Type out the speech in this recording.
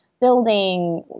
building